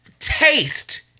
taste